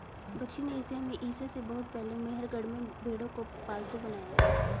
दक्षिण एशिया में ईसा से बहुत पहले मेहरगढ़ में भेंड़ों को पालतू बनाया गया